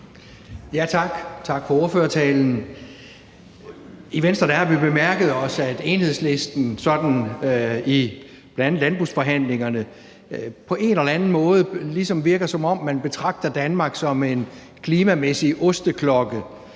tak for ordførertalen. I Venstre har vi bemærket os, at Enhedslisten i bl.a. landbrugsforhandlingerne på en eller anden måde – sådan virker det – betragter Danmark som en klimamæssig osteklokke,